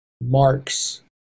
marks